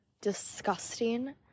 disgusting